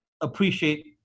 appreciate